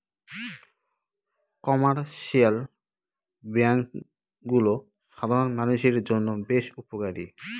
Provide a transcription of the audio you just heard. commercial ব্যাঙ্কগুলো সাধারণ মানষের জন্য বেশ উপকারী